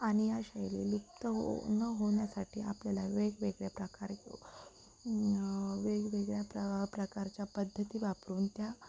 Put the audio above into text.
आणि या शैली लुप्त हो न होण्यासाठी आपल्याला वेगवेगळ्या प्रकार वेगवेगळ्या प्र प्रकारच्या पद्धती वापरून त्या